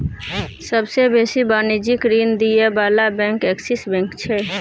सबसे बेसी वाणिज्यिक ऋण दिअ बला बैंक एक्सिस बैंक छै